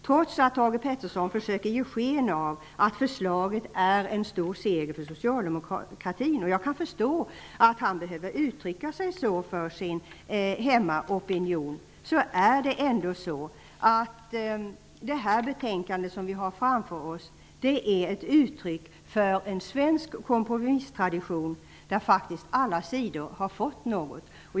Trots att Thage G Peterson försöker ge sken av att förslaget är en stor seger för socialdemokratin -- jag förstår att han behöver uttrycka sig så för sin hemmaopinion -- är det betänkande vi har framför oss ett uttryck för en svensk kompromisstradition där alla sidor har fått något.